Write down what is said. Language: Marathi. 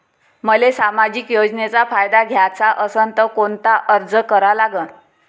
मले सामाजिक योजनेचा फायदा घ्याचा असन त कोनता अर्ज करा लागन?